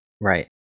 Right